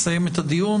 נסיים את הדיון,